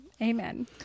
Amen